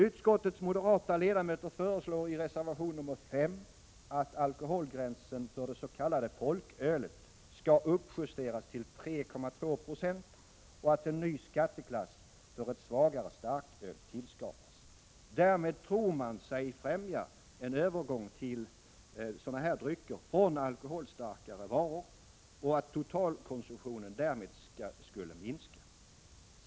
Utskottets moderata ledamöter föreslår i reservation nr 5 att alkoholgränsen för det s.k. folkölet skall uppjusteras till 3,2 96 och att en ny skatteklass för ett svagare starköl tillskapas. Därmed tror man sig främja en övergång till sådana drycker från alkoholstarkare varor, varigenom totalkonsumtionen skulle minska.